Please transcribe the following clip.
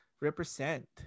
represent